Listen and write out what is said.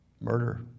Murder